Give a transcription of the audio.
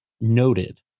Noted